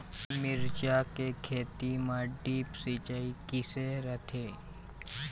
मिरचा के खेती म ड्रिप सिचाई किसे रथे?